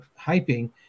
hyping